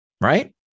right